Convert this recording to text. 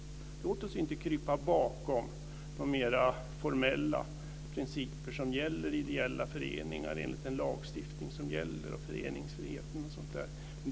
Låt oss inte krypa bakom de mera formella regler som gäller för ideella föreningar enligt lagstiftningen, föreningsfriheten och sådant.